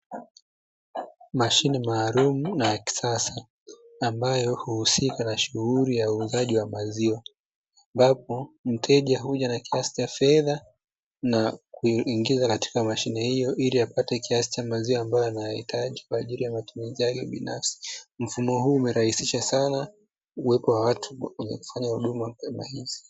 Mashine maalumu na ya kisasa, ambayo huusika na shughuli ya uuzaji wa maziwa, ambapo mteja huja na kiasi cha fedha na kuingiza katika mashine hiyo, ili apate kiasi cha maziwa ambayo anayahitaji kwa ajili ya matumizi yake binafsi. Mfumo huu umerahisisha sana uwepo wa watu wenye kufanya huduma kwa zama hizi.